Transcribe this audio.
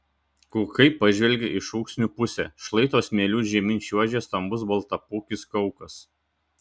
kaukai pažvelgė į šūksnių pusę šlaito smėliu žemyn čiuožė stambus baltapūkis kaukas